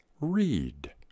read